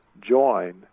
join